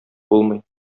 булмый